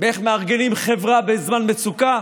איך מארגנים חברה בזמן מצוקה,